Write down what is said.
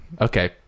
Okay